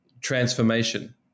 transformation